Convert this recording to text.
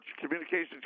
communications